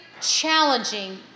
challenging